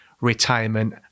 retirement